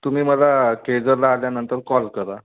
तुम्ही मला केळजरला आल्यानंतर कॉल करा